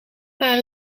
maar